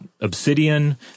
obsidian